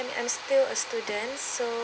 I mean I'm still a student so